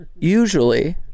usually